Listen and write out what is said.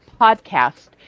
podcast